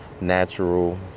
natural